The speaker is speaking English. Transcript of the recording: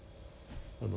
好不好喝